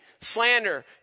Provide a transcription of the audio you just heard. slander